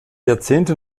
jahrzehnte